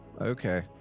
okay